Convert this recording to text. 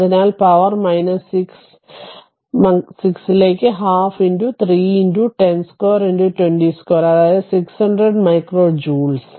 അതിനാൽ പവർ 6 vലേക്ക് 12 3 10 2 20 2 അതായത് 600 മൈക്രോ ജൂൾസ്